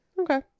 Okay